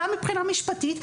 גם מבחינה משפטית,